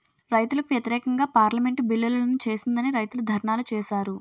రైతులకు వ్యతిరేకంగా పార్లమెంటు బిల్లులను చేసిందని రైతులు ధర్నాలు చేశారు